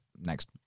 next